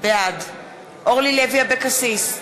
בעד אורלי לוי אבקסיס,